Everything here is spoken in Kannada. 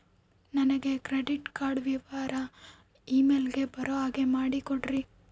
ನನಗೆ ಕ್ರೆಡಿಟ್ ಕಾರ್ಡ್ ವಿವರ ಇಮೇಲ್ ಗೆ ಬರೋ ಹಾಗೆ ಮಾಡಿಕೊಡ್ರಿ?